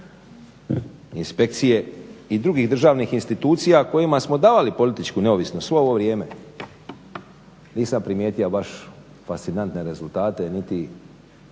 inspekcije i drugih državnih institucija kojima smo davali političku neovisnost svo ovo vrijeme. Nisam primijetio baš fascinantne rezultate niti